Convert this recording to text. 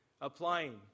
applying